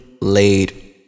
laid